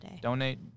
Donate